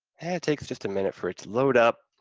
it takes just a minute for it to load up.